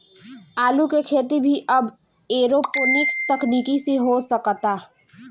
आलू के खेती भी अब एरोपोनिक्स तकनीकी से हो सकता